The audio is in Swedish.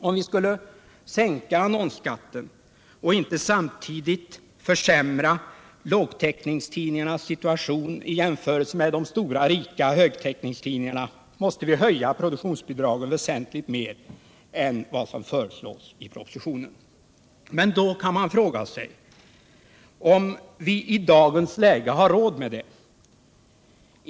Om vi skulle sänka annonsskatten och inte samtidigt försämra lågtäckningstidningarnas situation i jämförelse med de stora, rika högtäckningstidningarna måste vi höja produktionsbidragen väsentligt mer än vad som föreslås i propositionen. Men då kan man fråga sig om vi i dagens läge har råd med detta.